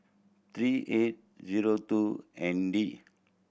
three eight zero two N D